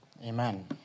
Amen